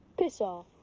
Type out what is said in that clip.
piss off.